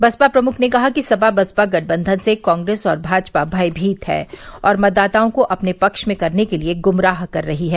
बसपा प्रमुख ने कहा कि सपा बसपा गठबंधन से कांग्रेस और भाजपा भयमीत है और मतदाताओं को अपने पक्ष में करने के लिये गुमराह कर रही है